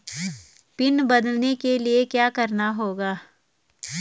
Pin बदलने के लिए क्या करना होगा?